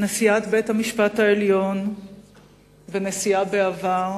נשיאת בית-המשפט העליון ונשיאה בעבר,